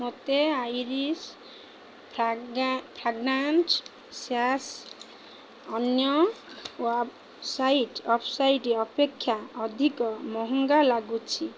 ମୋତେ ଆଇରିଶ ଫ୍ରାଗାଁ ଫ୍ରାଗନାନ୍ସ ସ୍ୟାଶ ଅନ୍ୟ ୱେବ୍ ୱେବ୍ସାଇଟ୍ ଅପେକ୍ଷା ଅଧିକ ମହଙ୍ଗା ଲାଗୁଛି